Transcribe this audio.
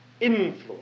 influence